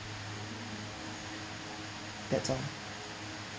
that's all